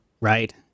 right